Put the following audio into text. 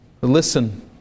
Listen